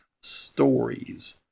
stories